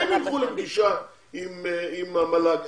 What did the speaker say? הם ילכו לפגישה עם המל"ג,